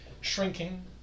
shrinking